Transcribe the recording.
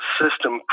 system